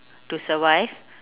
to survive